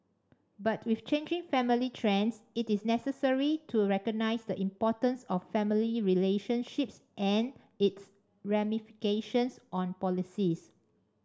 but with changing family trends it is necessary to recognise the importance of family relationships and its ramifications on policies